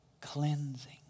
cleansing